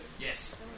yes